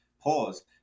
pause